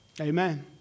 Amen